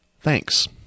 Thanks